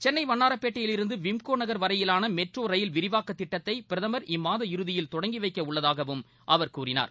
சென்னை வண்ணாரப்பேட்டையிலிருந்து விம்கோ நகர் வரையிலான metro rail விரிவாக்க திட்டத்தை பிரதமர் இம்மாத இறுதியில் தொடங்கி வைக்க உள்ளதாகவும் அவர் கூறினார்